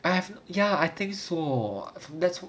I have ya I think so that's